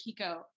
Kiko